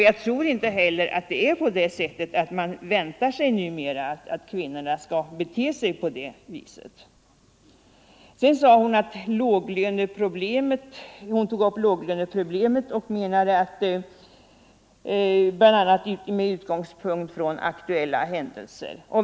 Jag tror inte heller att man numera väntar sig att kvinnorna skall bete sig på det viset. Fru Marklund tog också upp låglöneproblemet med utgångspunkt i aktuella händelser.